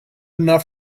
enough